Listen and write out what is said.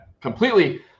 completely